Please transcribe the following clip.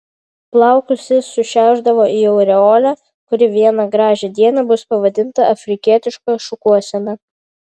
plaukus jis sušiaušdavo į aureolę kuri vieną gražią dieną bus pavadinta afrikietiška šukuosena